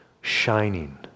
shining